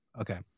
Okay